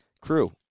crew